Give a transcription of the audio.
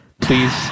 please